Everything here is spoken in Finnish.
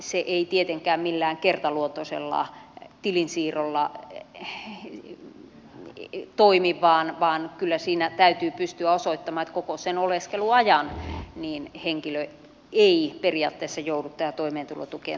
se ei tietenkään millään kertaluontoisella tilisiirrolla toimi vaan kyllä siinä täytyy pystyä osoittamaan että koko sen oleskeluajan henkilö ei periaatteessa joudu tähän toimeentulotukeen turvautumaan